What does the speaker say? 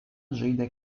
žaidė